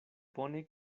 pone